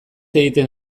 egiten